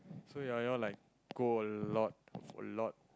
so ya you all like go a lot a lot